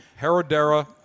Herodera